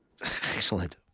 Excellent